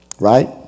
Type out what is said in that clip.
Right